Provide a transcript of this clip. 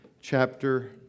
chapter